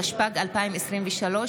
התשפ"ג 2023,